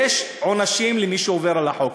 יש עונשים למי שעובר על החוק.